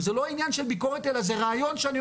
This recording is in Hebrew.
וזה לא עניין של ביקורת, אלא זה רעיון מסדר.